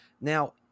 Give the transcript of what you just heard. Now